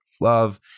love